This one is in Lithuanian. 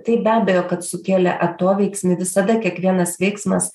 tai be abejo kad sukėlė atoveiksmį visada kiekvienas veiksmas